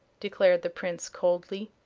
declared the prince, coldly.